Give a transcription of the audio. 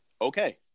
Okay